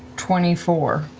twenty four.